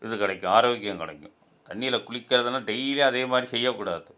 இது கிடைக்கும் ஆரோக்கியம் கிடைக்கும் தண்ணிலக் குளிக்கிறதெல்லாம் டெய்லி அதே மாதிரி செய்யக்கூடாது